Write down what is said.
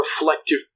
reflective